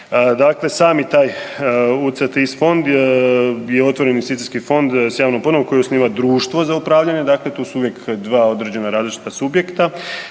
Dakle sami taj UCITS fond je otvoreni investicijski fond s javnom ponudom koju osniva društvo za upravljanje, dakle tu su uvijek 2 određena različita subjekta